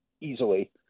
easily